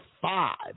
five